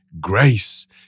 grace